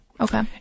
Okay